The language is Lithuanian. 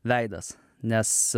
veidas nes